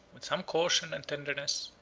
with some caution and tenderness,